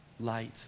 Light